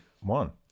one